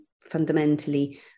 fundamentally